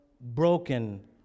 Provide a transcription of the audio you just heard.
broken